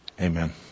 Amen